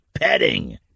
petting